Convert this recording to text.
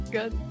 Good